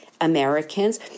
Americans